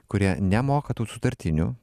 kurie nemoka tų sutartinių